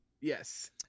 Yes